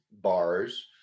bars